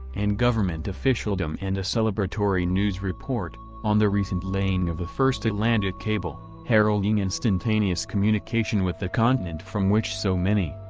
and government officialdom and a celebratory news report, on the recent laying of the first atlantic cable, heralding instantaneous communication with the continent from which so many,